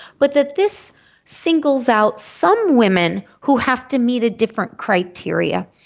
but that this singles out some women who have to meet a different criteria,